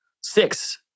Six